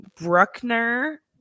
Bruckner